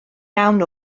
iawn